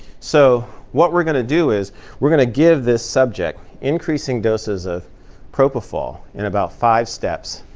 so what we're going to do is we're going to give this subject increasing doses of propofol in about five steps.